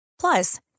Plus